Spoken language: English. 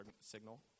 signal